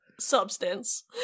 substance